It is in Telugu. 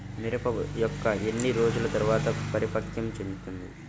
మిరప మొక్క ఎన్ని రోజుల తర్వాత పరిపక్వం చెందుతుంది?